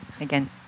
again